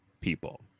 people